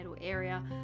area